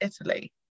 Italy